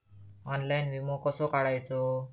Online विमो कसो काढायचो?